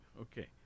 Okay